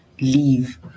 leave